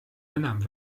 enam